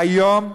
היום,